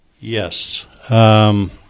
Yes